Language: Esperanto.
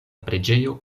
preĝejo